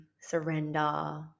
surrender